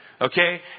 okay